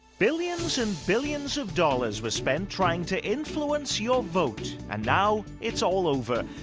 billions and billions of dollars were spent trying to influence your vote, and now it's all over.